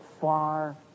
far